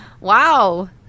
Wow